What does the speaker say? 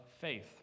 faith